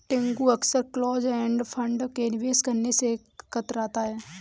टिंकू अक्सर close end fund में निवेश करने से कतराता है